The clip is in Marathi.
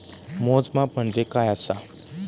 मोजमाप म्हणजे काय असा?